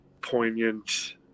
poignant